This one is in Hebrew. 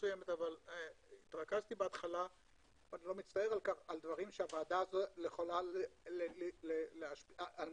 התרכזתי בהתחלה בדברים שבהם הוועדה יכולה להשפיע